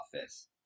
office